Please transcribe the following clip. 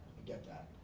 get that.